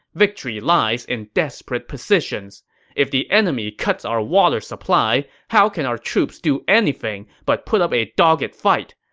victory lies in desperate positions if the enemy cuts our water supply, how can our troops do anything but put up a dogged fight?